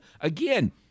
Again